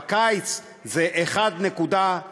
ובקיץ זה 1.30,